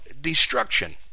destruction